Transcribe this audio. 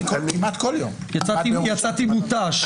יצאתי מותש.